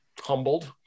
humbled